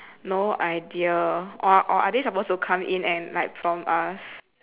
no idea or or are they supposed to come in and like prompt us